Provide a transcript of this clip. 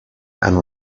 hanno